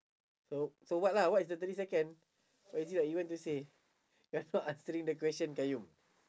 so so what lah what is the thirty second what is it that you want to say you're not answering the question qayyum